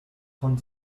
von